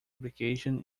application